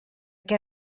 què